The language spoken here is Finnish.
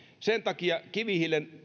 sen takia kivihiilen